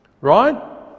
Right